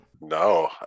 No